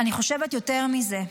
אני חושבת יותר מזה,